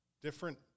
different